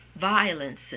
violence